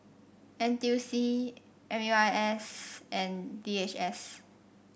N T U C M U I S and D H S